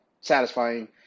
satisfying